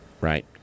right